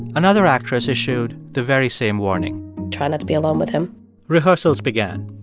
another actress issued the very same warning try not to be alone with him rehearsals began.